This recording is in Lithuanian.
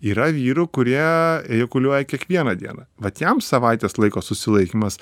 yra vyrų kurie ejakuliuoja kiekvieną dieną vat jam savaitės laiko susilaikymas